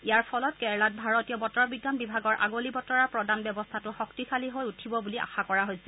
ইয়াৰ ফলত কেৰালাত ভাৰতীয় বতৰ বিজ্ঞান বিভাগৰ আগলি বতৰা প্ৰদান ব্যৱস্থাটো শক্তিশালী হৈ উঠিব বুলি আশা কৰা হৈছে